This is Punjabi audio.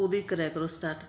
ਉਦੋਂ ਹੀ ਕਰਿਆ ਕਰੋ ਸਟਾਰਟ